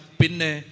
pinne